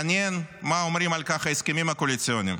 מעניין מה אומרים על כך ההסכמים הקואליציוניים.